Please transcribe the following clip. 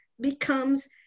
becomes